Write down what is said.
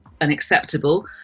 unacceptable